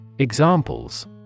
Examples